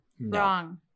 wrong